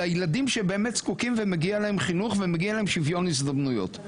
לילדים שבאמת זקוקים ומגיע להם חינוך ומגיע להם שוויון הזדמנויות.